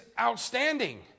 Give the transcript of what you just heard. outstanding